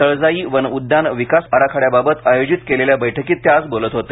तळजाई वन उद्यान विकास आराखड्याबाबत आयोजित केलेल्या बैठकीत ते आज बोलत होते